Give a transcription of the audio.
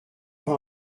pas